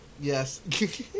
Yes